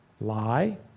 Lie